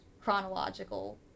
chronological